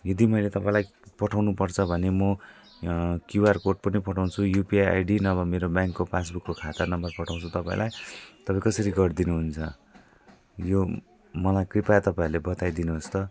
यदि मैले तपाईँलाई पठाउनु पर्छ भने म क्युआर कोड पनि पठाउँछु युपिआई आइडी भए मेरो ब्याङ्कको पासबुकको खाता नम्बर पठाउँछु तपाईँलाई तपाईँ कसरी गरिदिनु हुन्छ यो मलाई कृपया तपाईँहरूले बताइदिनु होस् त